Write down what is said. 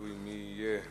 תלוי מי יהיה במליאה,